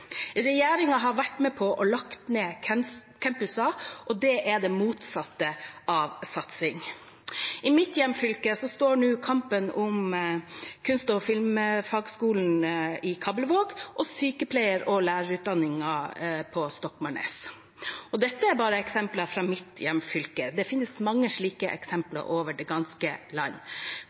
har vært med på å legge ned campuser, og det er det motsatte av satsing. I mitt hjemfylke står nå kampen om kunst- og filmfagskolen i Kabelvåg og sykepleier- og lærerutdanningen på Stokmarknes. Dette er bare eksempler fra mitt hjemfylke, det finnes mange slike eksempler over det ganske land.